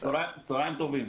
צהרים טובים.